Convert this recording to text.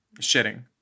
shitting